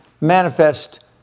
manifest